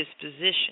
disposition